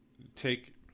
take